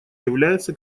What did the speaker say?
является